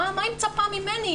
מה היא מצפה ממני,